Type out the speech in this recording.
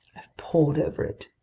i've pored over it.